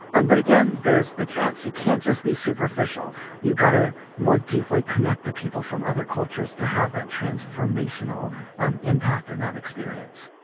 and but, again, there's the catch. it can't just be superficial. you got to more deeply connect to people from other cultures to have that transformational um impact and that experience